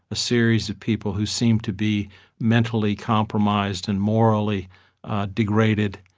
a series of people who seemed to be mentally compromised and morally degraded